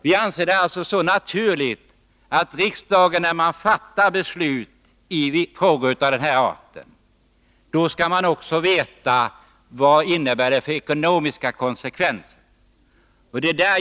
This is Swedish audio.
Vi anser det alltså naturligt att riksdagen när den fattar beslut i frågor av den här arten också skall veta vad det innebär för ekonomiska konsekvenser.